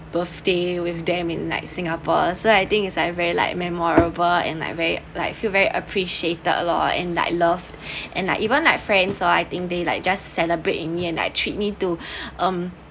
birthday with them in like singapore so I think is like very like memorable and like very like feel very appreciated a lot and like loved and like even like friends I think they like just celebrate and treat me to um